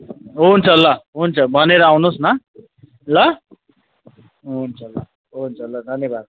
हुन्छ ल हुन्छ भनेर आउनुहोस् न ल हुन्छ ल हुन्छ ल धन्यवाद